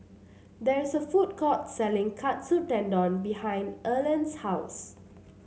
there is a food court selling Katsu Tendon behind Erland's house